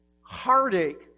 heartache